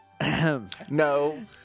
No